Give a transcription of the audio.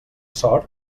sort